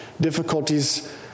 difficulties